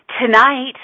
Tonight